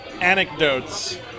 anecdotes